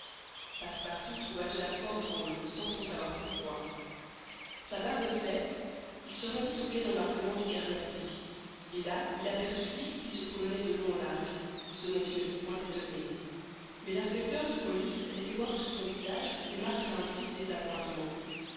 passepartout trouva cela fort drôle sans trop savoir pourquoi sa barbe faite il se rendit au quai d'embarquement du carnatic et là il aperçut fix qui se promenait de long en large ce dont il ne fut point étonné mais l'inspecteur de police laissait voir sur son visage les marques d'un vif